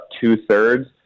two-thirds